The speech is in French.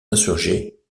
insurgés